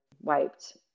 wiped